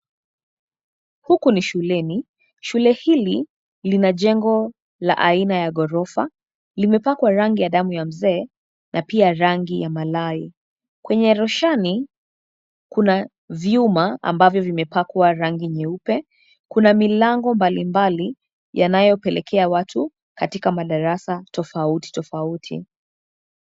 Huku ni shuleni, shule hili lina jengo aina ya ghorofa, limepakwa rangi ya damu ya mzee na pia rangi ya malawi. Kwenye roshani kuna vyuma ambavyo vimepakwa rangi nyeupe kuna milango mbalimbali yanayopelekea watu katika madarasa tofauti tofauti.